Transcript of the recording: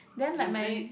is it